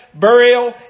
burial